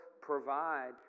provide